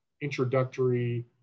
introductory